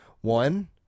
One